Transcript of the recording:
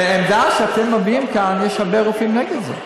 שהעמדה שאתם מביעים כאן, יש הרבה רופאים נגד זה.